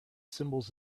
symbols